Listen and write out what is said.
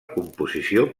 composició